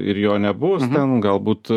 ir jo nebus ten galbūt